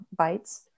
bytes